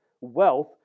wealth